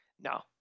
No